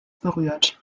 berührt